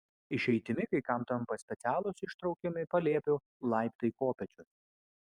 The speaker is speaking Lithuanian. išeitimi kai kam tampa specialūs ištraukiami palėpių laiptai kopėčios